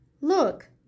Look